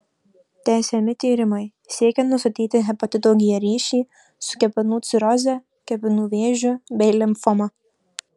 tęsiami tyrimai siekiant nustatyti hepatito g ryšį su kepenų ciroze kepenų vėžiu bei limfoma